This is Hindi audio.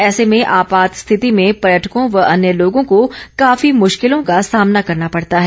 ऐसे में आपात स्थिति में पर्यटकों व अन्य लोगों को काफी मुश्किलों का सामना करना पड़ता है